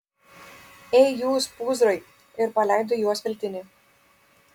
ei jūs pūzrai ir paleido į juos veltinį